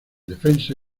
defensa